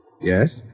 Yes